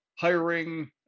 hiring